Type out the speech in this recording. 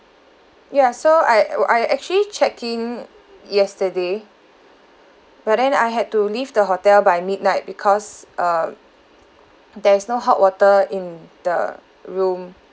ya so I I actually check in yesterday but then I had to leave the hotel by midnight because uh there's no hot water in the room